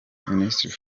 minisitiri